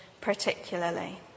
particularly